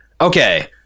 Okay